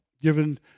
given